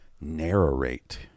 narrate